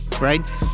right